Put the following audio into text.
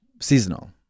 Seasonal